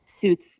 suits